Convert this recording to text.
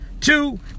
two